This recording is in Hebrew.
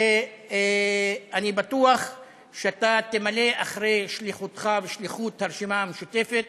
ואני בטוח שאתה תמלא את שליחותך ושליחות הרשימה המשותפת